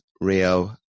Rio